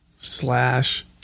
Slash